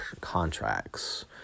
contracts